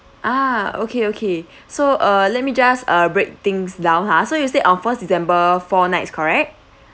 ah okay okay so uh let me just uh break things down ha so you said on first december four nights correct